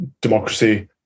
democracy